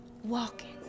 walking